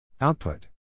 Output